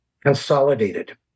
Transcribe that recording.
consolidated